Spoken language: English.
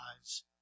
lives